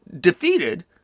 defeated